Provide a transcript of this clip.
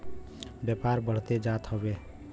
व्यापार बढ़ते जात हउवे